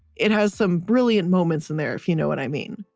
it has some brilliant moments in there if you know what i mean.